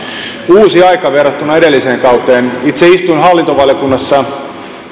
uusi aika verrattuna edelliseen kauteen itse istuin hallintovaliokunnassa